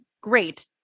Great